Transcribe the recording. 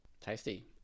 Tasty